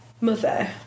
Mother